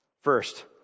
First